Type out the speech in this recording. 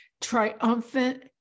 triumphant